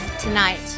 tonight